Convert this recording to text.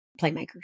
playmakers